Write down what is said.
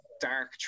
dark